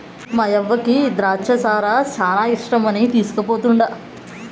మాయవ్వకి ద్రాచ్చ సారా శానా ఇష్టమని తీస్కుపోతండా